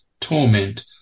torment